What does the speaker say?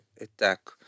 attack